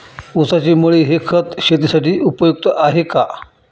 ऊसाची मळी हे खत शेतीसाठी उपयुक्त आहे का?